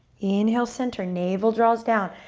inhale, center. navel draws down.